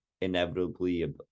inevitably